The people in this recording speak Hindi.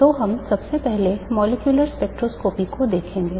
तो हम सबसे पहले मॉलिक्यूलर स्पेक्ट्रोस्कोपी को देखेंगे